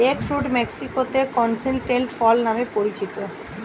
egg fruit মেক্সিকোতে canistel ফল নামে পরিচিত